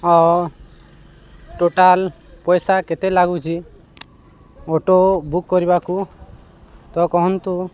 ଓ total ପଇସା କେତେ ଲାଗୁଛି ଅଟୋ ବୁକ୍ କରିବାକୁ ତ କହନ୍ତୁ